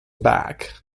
back